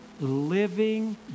living